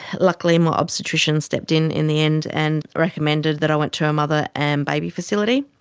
luckily my obstetrician stepped in in the end and recommended that i went to a mother and baby facility,